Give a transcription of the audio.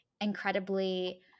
incredibly